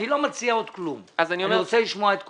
אני לא מציע עוד כלום, אני רוצה לשמוע את כולם.